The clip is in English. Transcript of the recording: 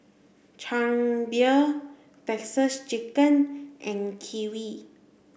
Chang Beer Texas Chicken and Kiwi